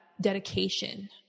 dedication